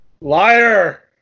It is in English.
Liar